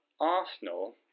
Arsenal